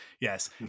Yes